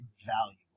invaluable